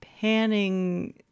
panning